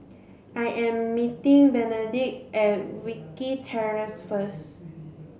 I am meeting Benedict at Wilkie Terrace first